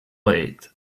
late